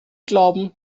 glauben